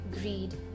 greed